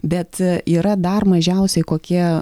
bet yra dar mažiausiai kokie